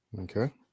Okay